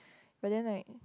but then like